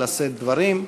לשאת דברים.